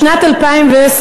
בשנת 2010,